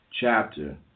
chapter